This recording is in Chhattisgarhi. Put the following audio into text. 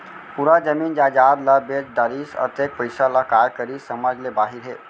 पूरा जमीन जयजाद ल बेच डरिस, अतेक पइसा ल काय करिस समझ ले बाहिर हे